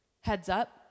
heads-up